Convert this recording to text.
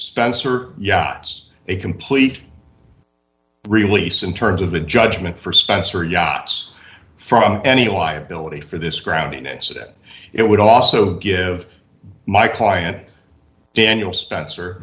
spencer yachts a complete release in terms of the judgment for spencer yachts from any liability for this ground in it so that it would also give my client daniel spencer